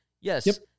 Yes